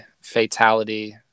fatality